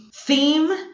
Theme